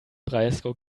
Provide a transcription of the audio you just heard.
breisgau